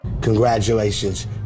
Congratulations